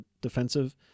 defensive